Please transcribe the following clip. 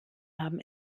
haben